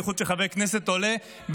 בייחוד כשחבר כנסת עולה,